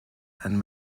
and